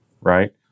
Right